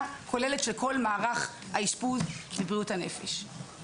כוללת של כל מערך האשפוז לבריאות הנפש.